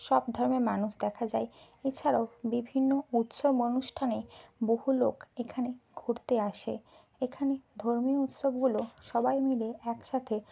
সব ধর্মের মানুষ দেখা যায় এছাড়াও বিভিন্ন উৎসব অনুষ্ঠানেই বহু লোক এখানে ঘুরতে আসে এখানে ধর্মীয় উৎসবগুলো সবাই মিলে একসাথে